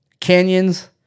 Canyons